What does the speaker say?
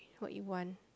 what you want